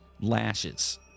lashes